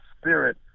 spirit